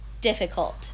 difficult